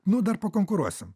nu dar pakonkuruosim